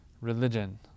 religion